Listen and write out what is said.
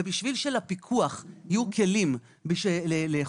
כדי שלפיקוח יהיו כלים לאכוף,